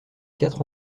quatre